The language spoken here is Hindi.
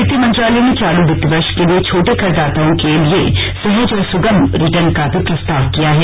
वित्त मंत्रालय ने चालू वित्त वर्ष के लिए छोटे कर दाताओं के लिए सहज और सुगम रिटर्न का भी प्रस्ताव किया है